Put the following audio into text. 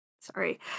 Sorry